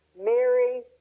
Mary